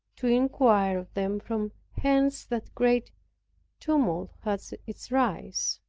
to inquire of them from whence that great tumult had its rise,